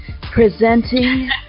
presenting